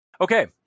okay